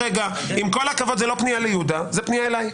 עם כל הכבוד, זו לא פנייה ליהודה, זו פנייה אליי.